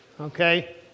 Okay